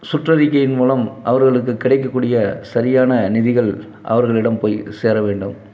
சுற்ற அறிக்கையின் மூலம் அவர்களுக்கு கிடைக்கக்கூடிய சரியான நிதிகள் அவர்களிடம் போய் சேரவேண்டும்